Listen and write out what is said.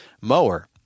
mower